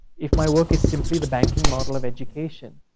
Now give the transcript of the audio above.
if my work is simply the banking model of education,